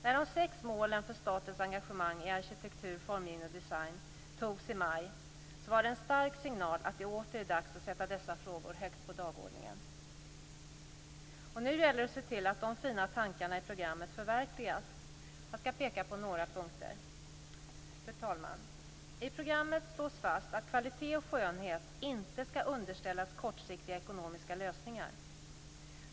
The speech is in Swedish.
När de sex målen för statens engagemang i arkitektur, formgivning och design antogs i maj 1998 var det en stark signal att det åter var dags att sätta dessa frågor högt på dagordningen. Nu gäller det att se till att de fina tankarna i programmet förverkligas. Jag skall peka på några punkter. Fru talman! I programmet slås fast att "kvalitet och skönhet inte skall underställas kortsiktiga ekonomiska lösningar".